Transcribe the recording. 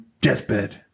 deathbed